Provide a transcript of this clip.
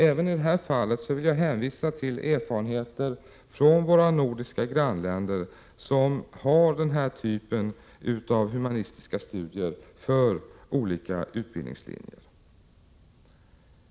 Även i det här fallet vill jag hänvisa till erfarenheter från våra nordiska grannländer, som har den här typen av humanistiska studier för olika utbildningslinjer.